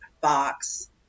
box